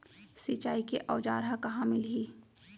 सिंचाई के औज़ार हा कहाँ मिलही?